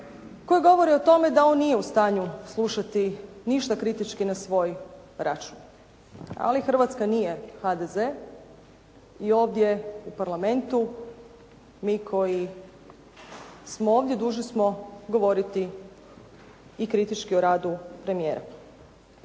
koje govori o tome da on nije stanju slušati ništa kritički na svoj račun. Ali Hrvatska nije HDZ i ovdje u Parlamentu mi koji smo ovdje dužni smo govoriti i kritički o radu premijera.